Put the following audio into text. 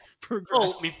progress